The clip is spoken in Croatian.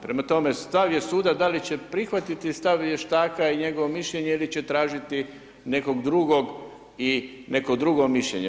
Prema, tome, stav je suda d ali će prihvatiti stav vještaka i njegovo mišljenje ili će tražiti nekog drugog i neko drugo mišljenje.